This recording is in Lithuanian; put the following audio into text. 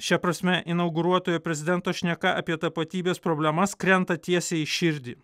šia prasme inauguruotojo prezidento šneka apie tapatybės problemas krenta tiesiai į širdį